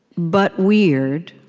but weird